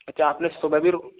अच्छा आपने सुबह भी